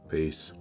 Peace